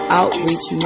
outreach